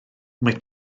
mae